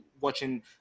watching